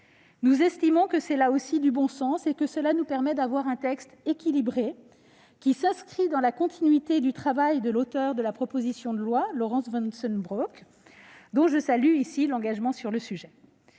Nous estimons qu'il s'agit d'une mesure de bon sens, qui permet d'avoir un texte équilibré et qui s'inscrit dans la continuité du travail de l'auteure de la proposition de loi, Laurence Vanceunebrock, dont je salue ici l'engagement sur le sujet.